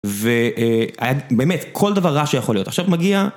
ובאמת, כל דבר רע שיכול להיות. עכשיו מגיע...